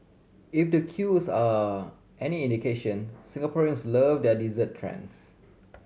if the queues are any indication Singaporeans love their dessert trends